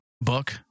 book